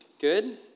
Good